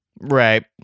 Right